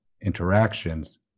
interactions